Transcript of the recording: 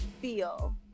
feel